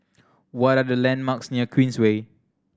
what are the landmarks near Queensway